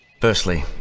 Firstly